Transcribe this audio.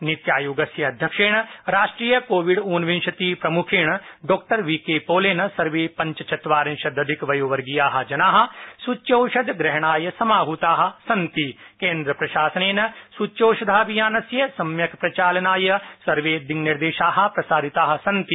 नीत्यायोगस्य अध्यक्षेण राष्ट्रिय कोविड उनविंशति प्रम्खेण डा वीके पोलेन सर्वे पंचचत्वारिंशदधिकवयो वर्गीया जना सूच्योषद्यप्रहणाय समाहता सन्ता केन्द्रप्रशासनेन सूच्योषधाभियानस्य सम्यक् प्रचालनाय सवें दिड़निर्देशा प्रसारिता सन्ति